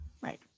Right